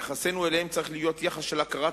יחסנו אליהם צריך להיות יחס של הכרת